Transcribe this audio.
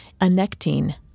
Anectine